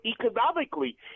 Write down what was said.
economically